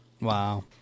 Wow